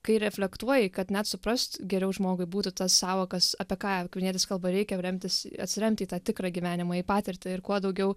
kai reflektuoji kad net suprast geriau žmogui būtų tas sąvokas apie ką akvinietis kalba reikia jau remtis atsiremti į tą tikrą gyvenimą į patirtį ir kuo daugiau